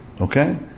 okay